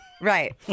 Right